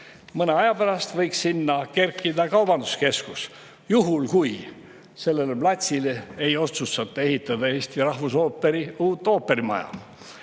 Mõne aja pärast võiks sinna kerkida kaubanduskeskus, juhul kui sellele platsile ei otsustata ehitada Eesti rahvusooperi uut ooperimaja.